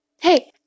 Hey